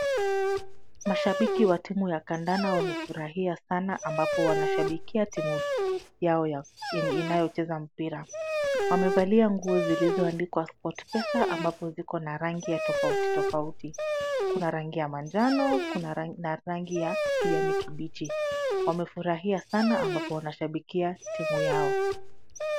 Mashabiki wa timu ya kandanda wamefurahia sana ambapo wanashabikia timu yao inayocheza mpira. Wamevalia nguo zilizoandikwa Sportpesa ambapo zikona rangi tofauti tofauti. Kuna rangi ya manjano na rangi ya kijani kibichi. Wamefurahia sana ambapo wanashabikia timu yao.